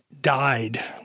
died